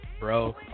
Bro